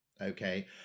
okay